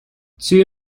two